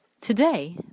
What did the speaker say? Today